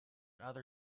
other